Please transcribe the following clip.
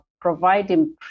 providing